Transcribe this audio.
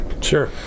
sure